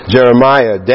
Jeremiah